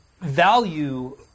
value